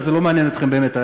הרי זה לא מעניין אתכם באמת.